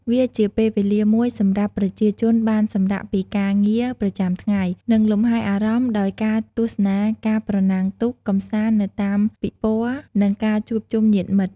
វាជាពេលវេលាមួយសម្រាប់ប្រជាជនបានសម្រាកពីការងារប្រចាំថ្ងៃ និងលំហែអារម្មណ៍ដោយការទស្សនាការប្រណាំងទូក កម្សាន្តនៅតាមពិព័រណ៍ និងការជួបជុំញាតិមិត្ត។